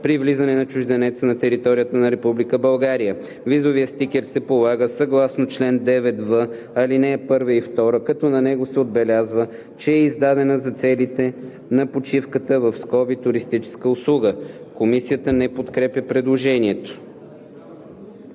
при влизане на чужденеца на територията на Република България. Визовият стикер се полага съгласно чл. 9в, ал. 1 и 2, като на него се отбелязва, че е издаден за целите на почивка (туристическа услуга).“ Комисията не подкрепя предложението.